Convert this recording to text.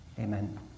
Amen